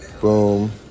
Boom